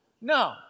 No